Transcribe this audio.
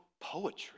poetry